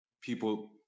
people